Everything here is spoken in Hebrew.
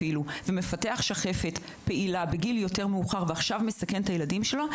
ומפתח שחפת פעילה בגיל יותר מאוחר ועכשיו מסכן את הילדים שלו,